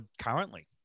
currently